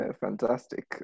fantastic